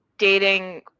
dating